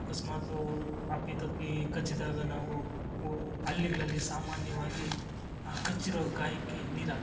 ಅಕಸ್ಮಾತು ಅಪ್ಪಿತಪ್ಪಿ ಕಚ್ಚಿದಾಗ ನಾವು ಹಳ್ಳಿಗ್ಳಲ್ಲಿ ಸಾಮಾನ್ಯವಾಗಿ ಆ ಕಚ್ಚಿರೋ ಗಾಯಕ್ಕೆ ನೀರಾಕಲ್ಲ